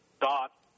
dot